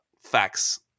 facts